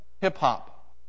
hip-hop